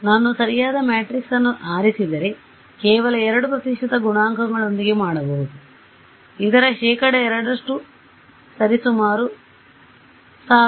ನಾನು ಸರಿಯಾದ ಮ್ಯಾಟ್ರಿಕ್ಸ್ ಅನ್ನು ಆರಿಸಿದರೆ ನಾನು ಕೇವಲ 2 ಪ್ರತಿಶತ ಗುಣಾಂಕಗಳೊಂದಿಗೆ ಮಾಡಬಹುದು ಆದ್ದರಿಂದ ಇದರ ಶೇಕಡಾ 2 ರಷ್ಟು ಸರಿಸುಮಾರು ಎಷ್ಟು